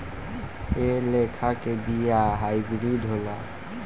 एह लेखा के बिया हाईब्रिड होला